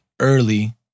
early